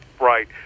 right